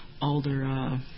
Alder